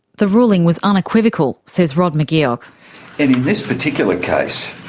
the ruling was unequivocal, says rod mcgeoch. and in this particular case,